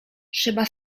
trzeba